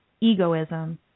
egoism